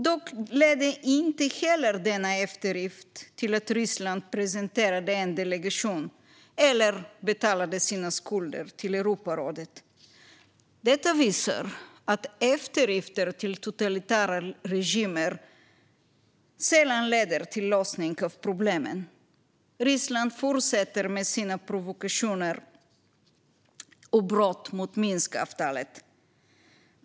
Dock ledde inte heller denna eftergift till att Ryssland presenterade en delegation eller betalade sina skulder till Europarådet. Detta visar att eftergifter till totalitära regimer sällan leder till en lösning av problemen. Ryssland fortsätter med sina provokationer och brott mot Minskavtalet.